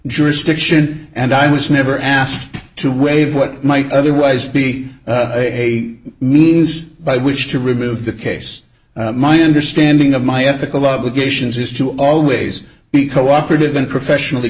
jurisdiction and i was never asked to waive what might otherwise be a means by which to remove the case my understanding of my ethical obligations is to always be cooperative and professionally